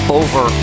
over